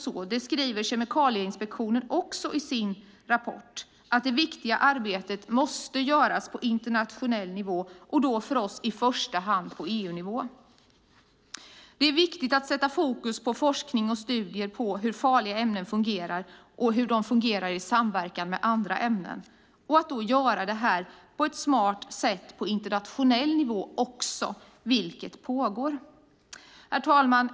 I sin rapport skriver Kemikalieinspektionen att det viktiga arbetet måste göras på internationell nivå. För oss handlar det då i första hand om att arbeta på EU-nivå. Det är viktigt att sätta fokus på forskning och studier om hur farliga ämnen fungerar, också i samverkan med andra ämnen, och att göra detta på ett smart sätt även på internationell nivå, vilket pågår. Herr talman!